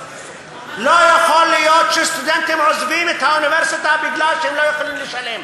לא יכול להיות שסטודנטים עוזבים את האוניברסיטה כי הם לא יכולים לשלם.